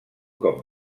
cop